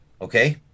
Okay